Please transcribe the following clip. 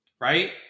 right